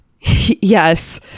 Yes